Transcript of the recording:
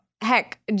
Heck